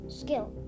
skill